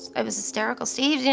i was hysterical. steve, yeah